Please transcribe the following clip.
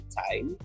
time